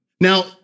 Now